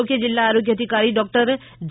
મુખ્ય જિલ્લા આરોગ્ય અધિકારી ડોક્ટર જે